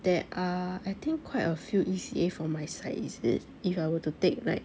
there are I think quite a few E_C_A for my side is it if I were to take like